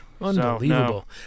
Unbelievable